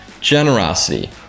generosity